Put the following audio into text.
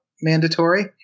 mandatory